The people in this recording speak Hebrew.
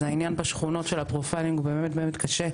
אז העניין בשכונות של הפרופיילינג הוא באמת באמת קשה.